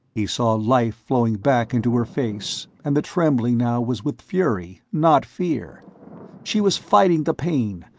he saw life flowing back into her face, and the trembling now was with fury, not fear she was fighting the pain,